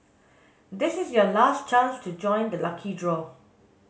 this is your last chance to join the lucky draw